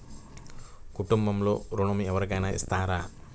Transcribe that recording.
కుటుంబంలో ఋణం ఎవరికైనా ఇస్తారా?